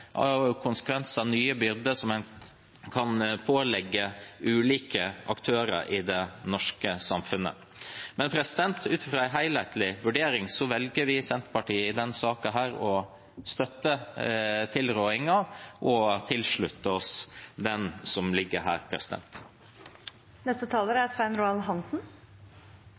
nye byrder som en kan pålegge ulike aktører i det norske samfunnet. Men ut fra en helhetlig vurdering velger vi i Senterpartiet i denne saken å støtte tilrådingen og tilslutte oss den.